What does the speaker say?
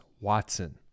Watson